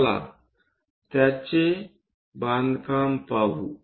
चला त्याचे बांधकाम पाहू